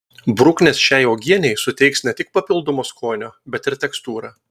bruknės šiai uogienei suteiks ne tik papildomo skonio bet ir tekstūrą